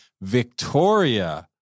Victoria